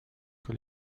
que